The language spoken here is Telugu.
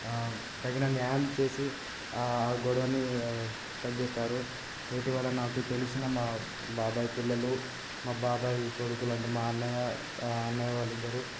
తగిన న్యాయం చేసి ఆ గొడవని తగ్గిస్తారు ఇటీవల నాకు తెలిసిన మా బాబాయ్ పిల్లలు మా బాబాయ్ కొడుకులు అంటే మా అన్నయ్య అన్నయ్య వాళ్ళిద్దరు